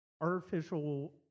artificial